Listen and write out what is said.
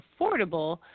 affordable